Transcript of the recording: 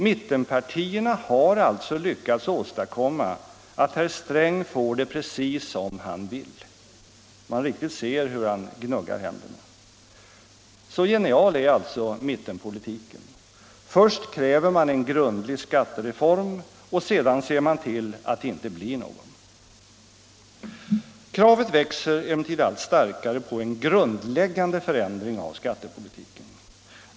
Mittenpartierna har alltså lyckats åstadkomma att herr Sträng får det precis som han vill. Man riktigt ser hur han gnuggar händerna. Så genial är alltså mittenpolitiken! Först kräver man en grundlig skattereform, och sedan ser man till att det inte blir någon. Kravet på en grundläggande förändring av skattepolitiken växer sig emellertid allt starkare.